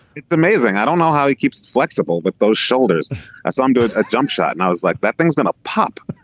it's amazing. i don't know how he keeps flexible but those shoulders as i'm doing a jump shot and i was like that thing's going to pop.